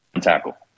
tackle